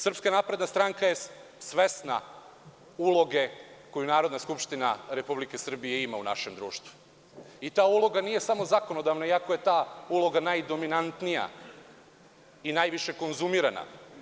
Srpska napredna stranka je svesna uloge koju Narodna skupština Republike Srbije ima u našem društvu i ta uloga nije samo zakonodavna, iako je ta uloga najdominantnija i najviše konzumirana.